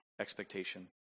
expectation